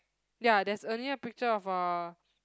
ya there's only picture of a